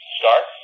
start